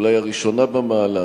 אולי הראשונה במעלה,